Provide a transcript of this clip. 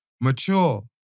mature